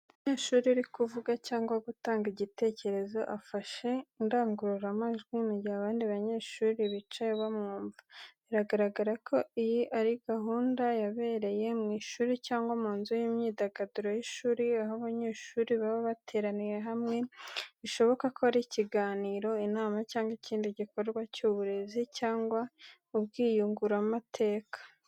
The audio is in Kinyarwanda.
Umunyeshuri uri kuvuga cyangwa gutanga igitekerezo afashe mikoro indangururamajwi, mu gihe abandi banyeshuri bicaye bamwumva. Biragaragara ko iyi ari gahunda yabereye mu ishuri cyangwa mu nzu y'imyidagaduro y'ishuri, aho abanyeshuri baba bateraniye hamwe bishoboka ko ari ikiganiro, inama, cyangwa ikindi gikorwa cy’uburezi cyangwa ubwiyunguramateka.